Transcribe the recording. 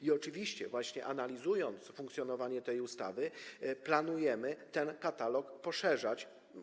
I oczywiście, właśnie analizując funkcjonowanie tej ustawy, planujemy ten katalog poszerzać.